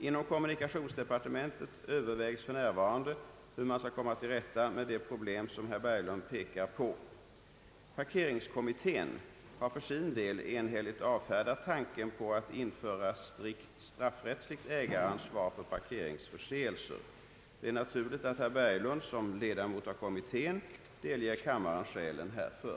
Inom kommunikationsdepartementet övervägs f.n. hur man skall komma till rätta med det problem som herr Berglund pekar på. Parkeringskommittén har för sin del enhälligt avfärdat tanken på att införa strikt straffrättsligt ägaransvar för parkeringsförseelser. Det är naturligt att herr Berglund som ledamot av kommittén delger kammaren skälen härför.